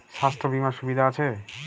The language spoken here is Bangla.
স্বাস্থ্য বিমার সুবিধা আছে?